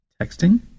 Texting